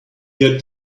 get